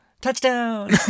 Touchdown